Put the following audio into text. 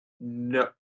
No